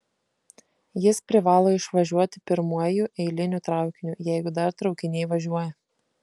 jis privalo išvažiuoti pirmuoju eiliniu traukiniu jeigu dar traukiniai važiuoja